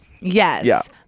Yes